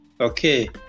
Okay